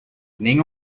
nem